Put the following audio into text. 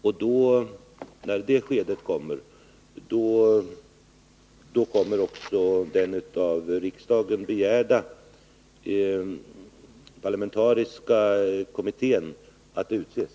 När man är inne i det skedet, kommer också den av riksdagen begärda parlamentariska kommittén att utses.